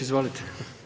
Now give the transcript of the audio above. Izvolite.